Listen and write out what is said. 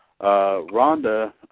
Rhonda